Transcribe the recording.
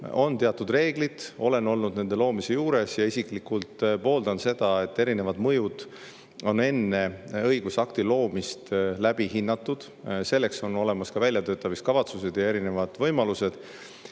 on teatud reeglid. Ma olen olnud nende loomise juures ja isiklikult pooldan seda, et mõju on enne õigusakti loomist hinnatud. Selleks on olemas ka väljatöötamiskavatsus ja erinevad võimalused,